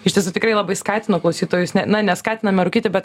iš tiesų tikrai labai skatinu klausytojus na neskatiname rūkyti bet